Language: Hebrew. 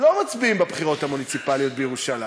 לא מצביעים בבחירות המוניציפליות בירושלים.